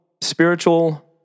spiritual